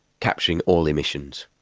capturing all emissions,